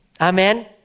Amen